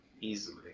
easily